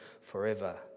forever